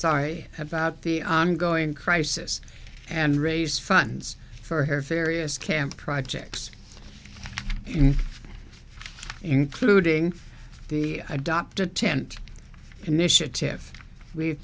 sorry about the ongoing crisis and raise funds for her various camp projects including the adopt a tent initiative we've